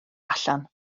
allan